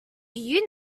you